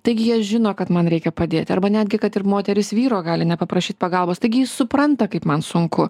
taigi jie žino kad man reikia padėti arba netgi kad ir moteris vyro gali nepaprašyt pagalbos taigi jis supranta kaip man sunku